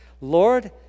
Lord